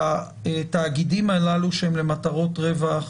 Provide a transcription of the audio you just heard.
והתאגידים הללו שהם למטרות רווח,